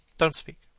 don't speak.